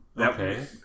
Okay